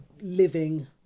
living